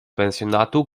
pensjonatu